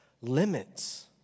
limits